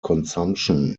consumption